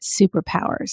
superpowers